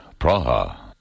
Praha